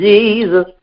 Jesus